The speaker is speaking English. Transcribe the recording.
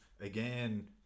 again